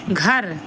घर